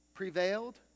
prevailed